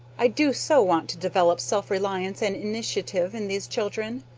i do so want to develop self-reliance and initiative in these children,